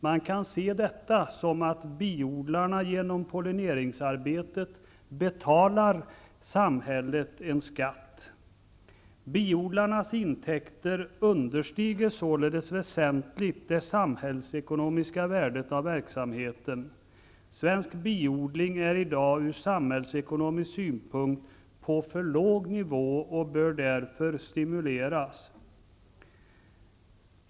Man kan se det så, att biodlarna genom binas pollineringsarbete betalar samhället en skatt. Biodlarnas intäkter understiger således väsentligt det samhällsekonomiska värdet av verksamheten. Svensk biodling ligger i dag ur samhällsekonomisk synpunkt på för låg nivå och bör därför stimuleras.